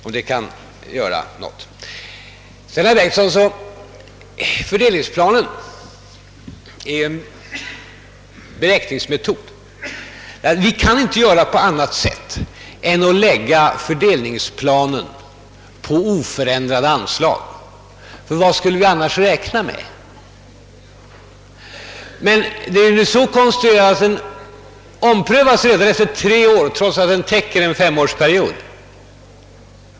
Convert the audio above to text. Fördelningsplanen är en beräkningsmetod, herr Bengtson. Vi kan inte göra på annat sätt än att lägga fördelningsplanen på oförändrade anslag. Vad skulle vi annars räkna med? Planen är emellertid så konstruerad att den omprövas redan efter tre år, trots att den täcker en femårsperiod.